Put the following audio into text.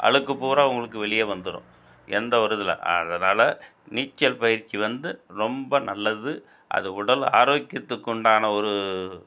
அழுக்கு பூரா உங்களுக்கு வெளியே வந்துடும் எந்த ஒரு இதில் அதனால் நீச்சல் பயிற்சி வந்து ரொம்ப நல்லது அது உடல் ஆரோக்கியத்துக்குண்டான ஒரு